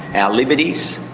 our liberties,